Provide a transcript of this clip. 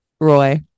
Roy